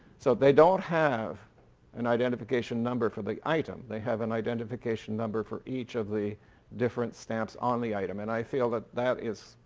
so they don't have an identification number for the item. they have an identification number for each of the different stamps on the item. and i feel that that is,